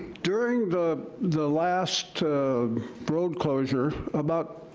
during the the last road closure, about,